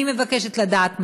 אני מבקשת לדעת מדוע,